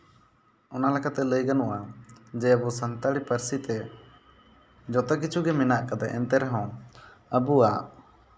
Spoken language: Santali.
ᱚᱱᱟ ᱞᱮᱠᱟᱛᱮ ᱞᱟᱹᱭ ᱜᱟᱱᱚᱜᱼᱟ ᱡᱮ ᱟᱵᱚ ᱥᱟᱱᱛᱟᱲᱤ ᱯᱟᱹᱨᱥᱤ ᱛᱮ ᱡᱚᱛᱚ ᱠᱤᱪᱷᱩᱜᱮ ᱢᱮᱱᱟᱜ ᱠᱟᱫᱟ ᱮᱱᱛᱮ ᱨᱮᱦᱚᱸ ᱟᱵᱚᱣᱟᱜ